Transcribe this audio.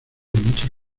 muchas